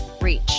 Reach